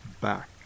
back